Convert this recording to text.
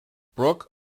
brook